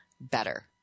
better